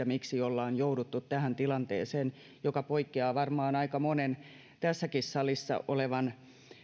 miksi ollaan jouduttu tähän tilanteeseen joka poikkeaa varmaan aika monen tässäkin salissa olevan